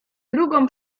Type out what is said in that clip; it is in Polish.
drugą